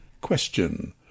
Question